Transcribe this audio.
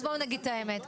אז בואו נגיד את האמת,